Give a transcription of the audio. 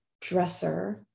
dresser